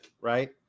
right